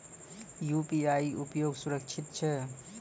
UPI उपयोग सुरक्षित छै?